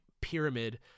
pyramid